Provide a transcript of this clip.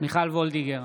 מיכל מרים וולדיגר,